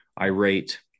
irate